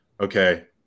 okay